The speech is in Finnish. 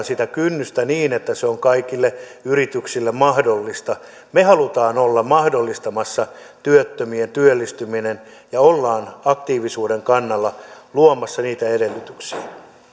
sitä kynnystä niin että se on kaikille yrityksille mahdollista me haluamme olla mahdollistamassa työttömien työllistymistä ja olemme aktiivisuuden kannalla luomassa niitä edellytyksiä